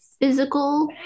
physical